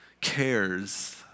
cares